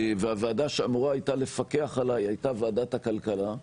והוועדה שאמורה הייתה לפקח עלי הייתה ועדת הכלכלה,